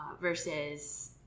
Versus